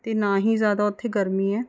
ਅਤੇ ਨਾ ਹੀ ਜ਼ਿਆਦਾ ਉੱਥੇ ਗਰਮੀ ਹੈ